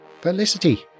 Felicity